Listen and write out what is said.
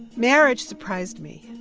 marriage surprised me.